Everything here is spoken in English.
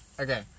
okay